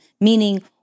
Meaning